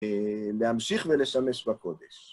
להמשיך ולשמש בקודש.